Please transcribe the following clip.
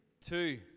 Two